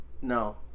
no